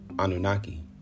anunnaki